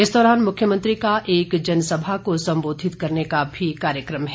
इस दौरान मुख्यमंत्री का एक जनसभा को संबोधित करने का भी कार्यक्रम है